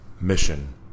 mission